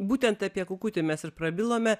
būtent apie kukutį mes ir prabilome